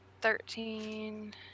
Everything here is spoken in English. Thirteen